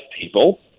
people